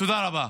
תודה רבה.